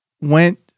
went